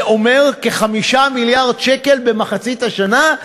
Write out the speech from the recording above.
זה אומר כ-5 מיליארד שקל באמצע השנה,